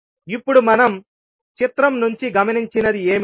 ఇప్పుడు మనం చిత్రం నుంచి గమనించినది ఏమిటి